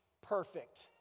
perfect